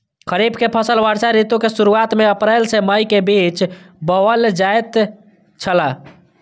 खरीफ के फसल वर्षा ऋतु के शुरुआत में अप्रैल से मई के बीच बौअल जायत छला